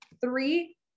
Three